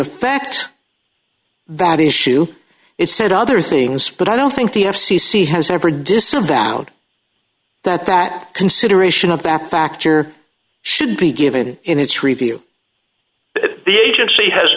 fact that issue it said other things but i don't think the f c c has ever disavowed that that consideration of that factor should be given in its review the agency has